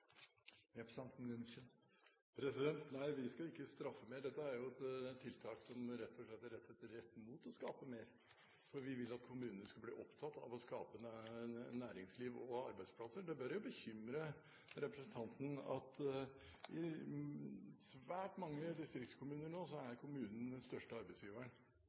representanten Gundersen sa at man skal skape mer, ikke skatte mer, men la meg si det slik: Er det slik at Høyre skal straffe de svakeste mer? Nei, vi skal ikke straffe mer. Dette er jo et tiltak som rett og slett er rettet rett mot å skape mer, for vi vil at kommunene skal bli opptatt av å skape næringsliv og arbeidsplasser. Det bør bekymre